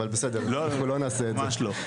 אבל בסדר אנחנו לא נעשה את זה,